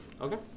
Okay